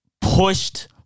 pushed